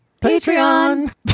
Patreon